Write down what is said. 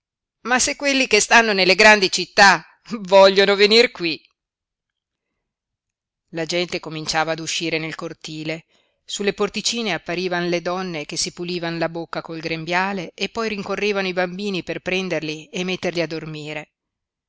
ma se quelli che stanno nelle grandi città vogliono venir qui la gente cominciava ad uscir nel cortile sulle porticine apparivan le donne che si pulivan la bocca col grembiale e poi rincorrevano i bambini per prenderli e metterli a dormire